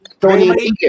Tony